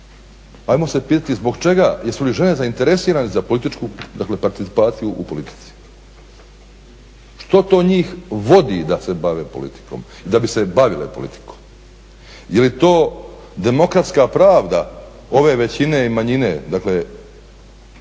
Ajmo se pitati zbog čega, jesu li žene zainteresirane za političku participaciju u politici, što to njih vodi da se bave politikom, da bi se bavile politikom. Je li to demokratska pravda ove većine i manjine, dakle